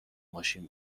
ماشین